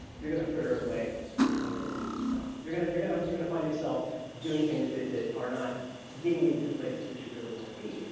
you're going to fetter it away on really stupid stuff. you're going to you're going going to find yourself doing things that that are not getting you to the places that you really want to be.